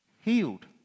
healed